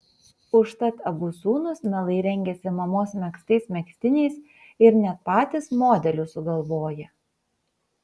užtat abu sūnūs mielai rengiasi mamos megztais megztiniais ir net patys modelius sugalvoja